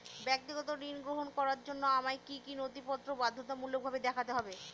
ব্যক্তিগত ঋণ গ্রহণ করার জন্য আমায় কি কী নথিপত্র বাধ্যতামূলকভাবে দেখাতে হবে?